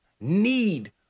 need